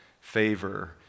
favor